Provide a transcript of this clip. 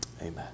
Amen